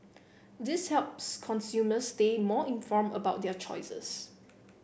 this helps consumers stay more informed about their choices